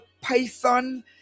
Python